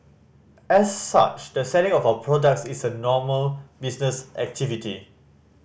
as such the selling of our products is a normal business activity